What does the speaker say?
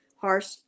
Harsh